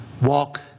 walk